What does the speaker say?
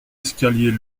escalier